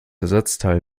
ersatzteil